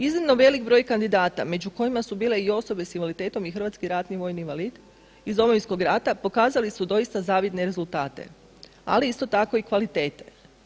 Iznimno velik broj kandidata među kojima su bile i osobe s invaliditetom i hrvatski ratni vojni invalid iz Domovinskog rata pokazali su doista zavidne rezultate, ali isto tako i kvalitete.